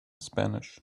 spanish